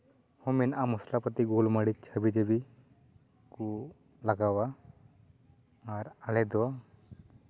ᱦᱚᱸ ᱢᱮᱱᱟᱜᱼᱟ ᱢᱚᱥᱞᱟᱯᱟᱹᱛᱤ ᱜᱳᱞᱢᱟᱹᱨᱤᱪ ᱦᱟᱹᱵᱤᱼᱡᱟᱹᱵᱤ ᱠᱚ ᱞᱟᱜᱟᱣᱟ ᱟᱨ ᱟᱞᱮ ᱫᱚ